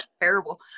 Terrible